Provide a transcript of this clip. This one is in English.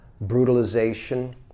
brutalization